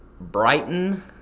Brighton